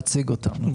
נציג אותם.